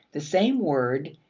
the same word,